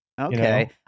okay